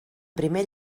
primer